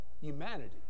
humanity